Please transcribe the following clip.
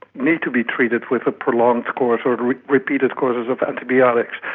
need to be treated with a prolonged course or repeated courses of antibiotics.